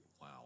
wow